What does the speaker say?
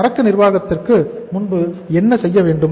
சரக்கு நிர்வாகத்திற்கு முன்பு என்ன செய்வது